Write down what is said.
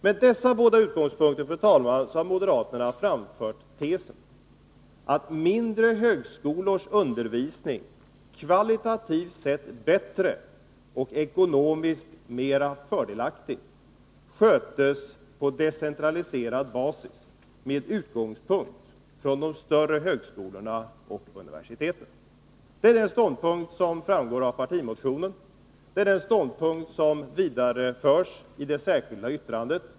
Med dessa båda utgångspunkter har moderaterna framfört uppfattningen att mindre högskolors undervisning kvalitativt bättre och ekonomiskt mer fördelaktigt sköts på decentraliserad basis från de större högskolorna och universiteten. Den ståndpunkten framgår av partimotionen. Det är också den ståndpunkten som förs vidare i det särskilda yttrandet.